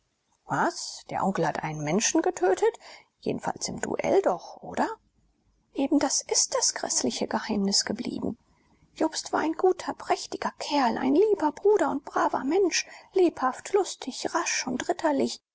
was der onkel hat einen menschen getötet jedenfalls im duell doch oder eben das ist das gräßliche geheimnis geblieben jobst war ein guter prächtiger kerl ein lieber bruder und braver mensch lebhaft lustig rasch und